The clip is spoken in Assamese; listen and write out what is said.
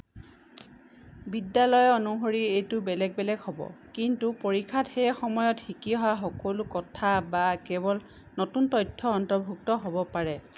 বিদ্যালয় অনুসৰি এইটো বেলেগ বেলেগ হ'ব কিন্তু পৰীক্ষাত সেই সময়ত শিকি অহা সকলো কথা বা কেৱল নতুন তথ্য অন্তৰ্ভুক্ত হ'ব পাৰে